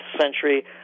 century